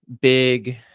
big